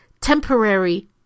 temporary